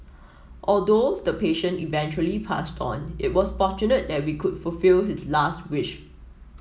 although the patient eventually passed on it was fortunate that we could fulfil his last wish